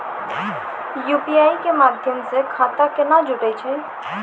UPI के माध्यम से खाता केना जुटैय छै?